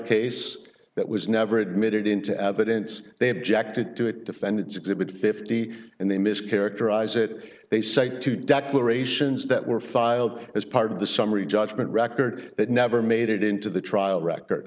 case that was never admitted into evidence they objected to it defendant's exhibit fifty and they miss characterize it they cite to declarations that were filed as part of the summary judgment record that never made it into the trial record